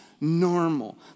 Normal